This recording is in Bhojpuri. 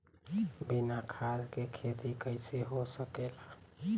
बिना खाद के खेती कइसे हो सकेला?